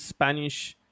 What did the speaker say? Spanish